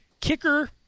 Kicker